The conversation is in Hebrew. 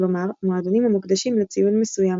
כלומר מועדונים המוקדשים לציון מסוים,